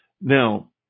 Now